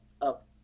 up